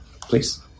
Please